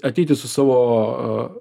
ateiti su savo